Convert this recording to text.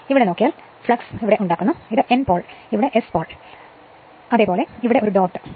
ഇവിടെ നോക്കിയാൽ അത് ഇവിടെ ഫ്ലക്സ് ഉണ്ടാക്കുന്നു ഈ എൻ പോൾ ഇവിടെ S ഇവിടെ ഡോട്ട് ആണ്